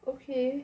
okay